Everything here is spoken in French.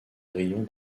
rayon